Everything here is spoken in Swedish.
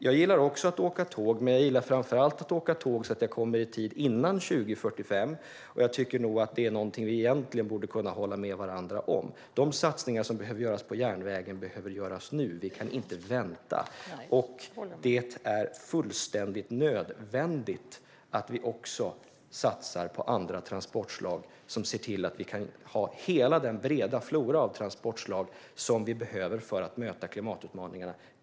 Jag gillar också att åka tåg, men jag gillar framför allt att åka tåg så att jag kommer i tid före 2045. Jag tycker att detta är något som vi egentligen borde kunna hålla med varandra om. De satsningar som behöver göras på järnvägen behöver göras nu. Vi kan inte vänta. Det är fullständigt nödvändigt att vi också satsar på andra transportslag, så att vi har hela den breda flora av transportslag som vi behöver för att möta klimatutmaningarna.